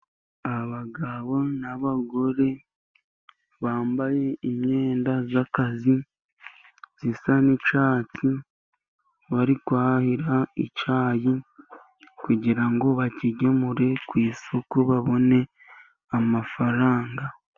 Abagabo n'abagore bambaye imyenda y'akazi, zisa n'icyatsi, bari kwahira icyayi, kugira ngo bakigemure ku isoko, babone amafaranga.